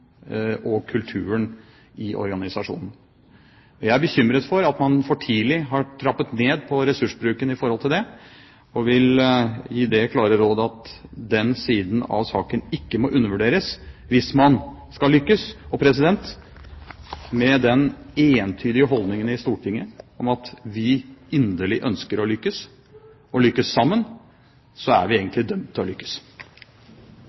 og kulturen i organisasjonen. Jeg er bekymret for at man for tidlig har trappet ned på ressursbruken i forhold til det, og vil gi det klare råd at den siden av saken ikke må undervurderes hvis man skal lykkes. Med den entydige holdningen i Stortinget om at vi inderlig ønsker å lykkes, og lykkes sammen, er vi